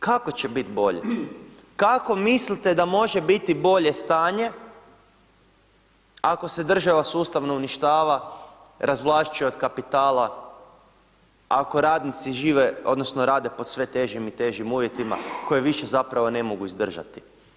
Kako će bit bolje, kako mislite da može biti bolje stanje, ako se država sustavno uništava, razvlašćuje od kapitala, ako radnici žive odnosno rade pod sve težim i težim uvjetima koje više zapravo ne mogu izdržati.